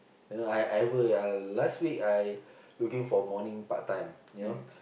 you know I I ever uh last week I looking for morning part-time you know